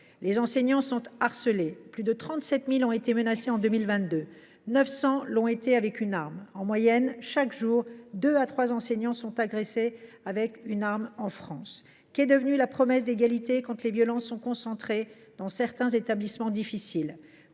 Les enseignants sont harcelés. Plus de 37 000 d’entre eux ont été menacés en 2022 ; 900 l’ont été avec une arme. En France, en moyenne, chaque jour, deux à trois enseignants sont agressés avec une arme. Qu’est devenue la promesse d’égalité quand les violences sont concentrées dans certains établissements difficiles ?